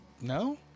no